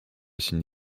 chine